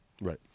Right